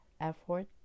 effort